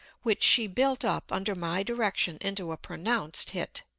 which she built up under my direction into a pronounced hit.